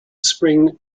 spring